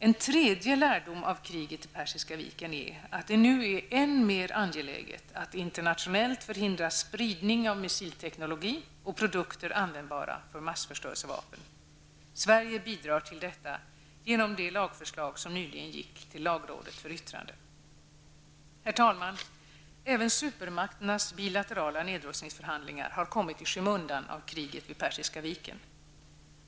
En tredje lärdom av kriget vid Persiska viken är att det nu är än mer angeläget att internationellt hindra spridning av missilteknik och produkter användbara för massförstörelsevapen. Sverige bidrar till detta genom det lagförslag som nyligen gick till lagrådet för yttrande. Herr talman! Även supermakternas bilaterala nedrustningsförhandlingar har kommit i skymundan på grund av kriget vid Persiska viken.